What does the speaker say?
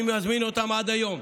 אני מזמין אותם עד היום.